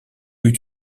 eut